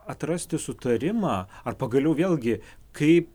atrasti sutarimą ar pagaliau vėlgi kaip